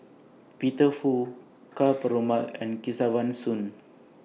Peter Fu Ka Perumal and Kesavan Soon